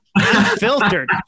Unfiltered